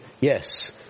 Yes